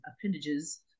appendages